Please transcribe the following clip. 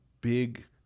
big